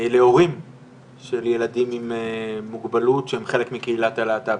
להורים של ילדים עם מוגבלות שהם חלק מקהילת הלהט"ב,